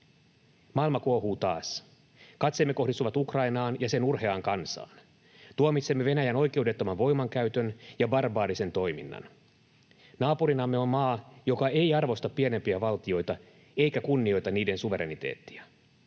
Maailma kuohuu taas. Katseemme kohdistuvat Ukrainaan ja sen urheaan kansaan. Tuomitsemme Venäjän oikeudettoman voimankäytön ja barbaarisen toiminnan. Naapurinamme on maa, joka ei arvosta pienempiä valtioita eikä kunnioita niiden suvereniteettia.